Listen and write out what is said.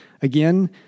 Again